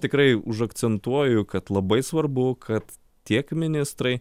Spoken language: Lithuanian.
tikrai užakcentuoju kad labai svarbu kad tiek ministrai